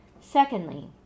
Secondly